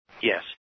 Yes